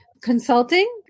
consulting